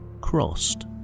crossed